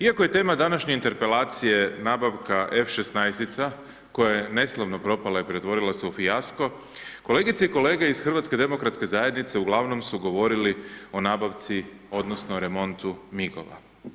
Iako je tema današnje interpelacije nabavka F 16, koja je neslavno propala i pretvorila se u fijasko, kolegice i kolege iz HDZ-a ugl. su govorili o nabavci odnosno, o remontu MIG-ova.